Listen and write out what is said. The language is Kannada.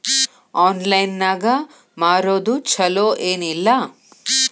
ಆನ್ಲೈನ್ ನಾಗ್ ಮಾರೋದು ಛಲೋ ಏನ್ ಇಲ್ಲ?